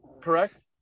correct